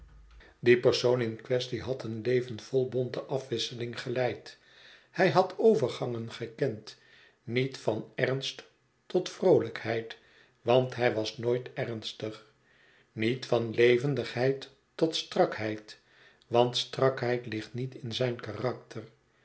die persoon in quaestie had een leven vol bonte afwisseling geleid hij had overgangen gekend niet van ernst tot vroolijkheid want hij was nooit ernstig niet van levendigheid tot strakheid want strakheid ligt niet in zijn karakter